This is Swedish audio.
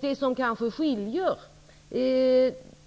Det som kanske skiljer